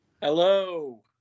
Hello